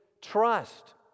trust